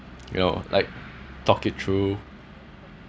you know like talk it through